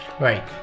Right